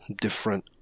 different